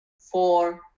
four